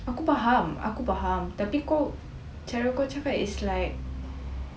aku faham aku faham tapi kaucara kau cakap is like